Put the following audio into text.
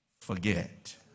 forget